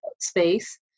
space